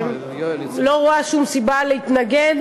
אני לא רואה שום סיבה להתנגד.